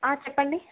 చెప్పండి